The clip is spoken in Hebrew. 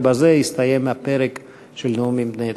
ובזה יסתיים הפרק של נאומים בני דקה.